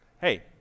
hey